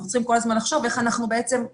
אנחנו צריכים כל הזמן לחשוב איך אנחנו מאפשרים